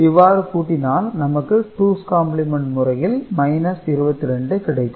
இவ்வாறு கூட்டினால் நமக்கு டூஸ் காம்ப்ளிமென்ட் முறையில் 22 கிடைக்கும்